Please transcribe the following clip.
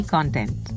Content